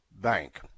Bank